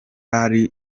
ari